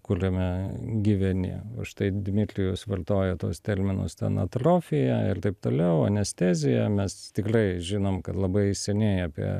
kuliame gyveni o štai dmitrijus vartoja tuos terminus ten atrofija ir taip toliau anestezija mes tikrai žinom kad labai seniai apie